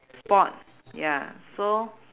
sport ya so